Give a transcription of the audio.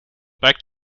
back